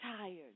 tired